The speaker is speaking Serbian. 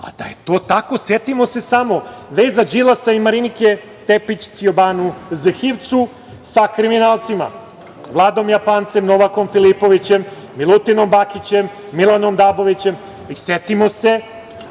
Da je to tako, setimo se samo veza Đilasa i Marinike Tepić Cijobanu Zhivcu sa kriminalcima, Vladom Japancem, Novakom Filipović, Milutinom Bakićem, Milanom Dabovićem. Setimo se